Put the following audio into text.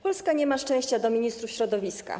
Polska nie ma szczęścia do ministrów środowiska.